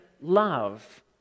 love